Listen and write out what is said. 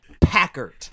Packard